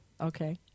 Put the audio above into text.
Okay